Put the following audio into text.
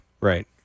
Right